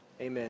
Amen